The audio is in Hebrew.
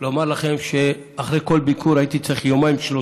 אני אומר לכם שאחרי כל ביקור הייתי צריך יומיים-שלושה